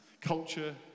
culture